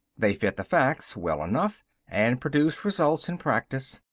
they fit the facts well enough and produce results in practice,